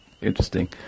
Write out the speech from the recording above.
interesting